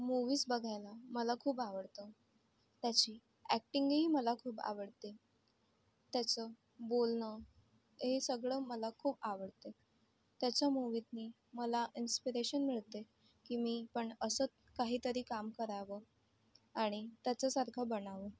movies बघायला मला खूप आवडतं त्याची अॅक्टिंगही मला खूप आवडते त्याचं बोलणं हे सगळं मला खूप आवडतं त्याच्या मूव्हीत मी मला इन्स्पिरेशन मिळते की मी पण असं काहीतरी काम करावं आणि त्याच्यासारखं बनावं